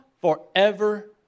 Forever